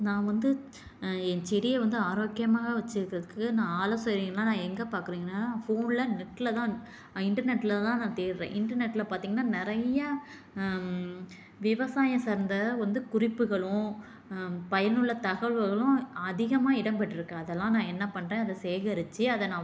நான் வந்து என் செடியை வந்து ஆரோக்கியமாக வச்சுக்குறதுக்கு நான் ஆலோசனைலாம் நான் எங்கே பார்க்குறேன்னா ஃபோனில் நெட்டில் தான் இன்டர்நெட்டில் தான் நான் தேடுகிறேன் இன்டர்நெட்டில் பார்த்தீங்கனா நிறைய விவசாயம் சார்ந்த வந்து குறிப்புகளும் பயனுள்ள தகவல்களும் அதிகமாக இடம் பெற்றுருக்கு அதெலாம் என்ன பண்ணுறேன் அதை சேகரிச்சு அதை நான்